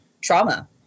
trauma